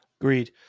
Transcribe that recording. Agreed